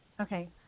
Okay